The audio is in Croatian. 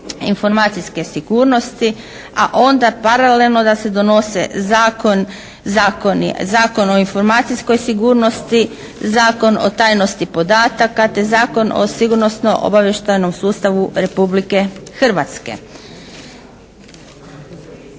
informacijske sigurnosti a onda paralelno da se donose zakoni. Zakon o informacijskoj sigurnosti, Zakon o tajnosti podataka te Zakon o sigurnosno-obavještajnom sustavu Republike Hrvatske.